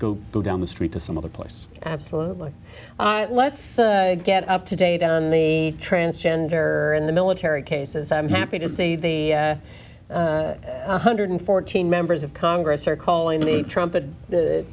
go down the street to some other place absolutely let's get up to date on the transgender in the military cases i'm happy to say the one hundred and fourteen members of congress are calling me trumpet the